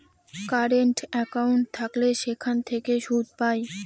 current account থাকলে সেখান থেকে সুদ পায়